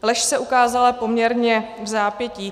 Lež se ukázala poměrně vzápětí.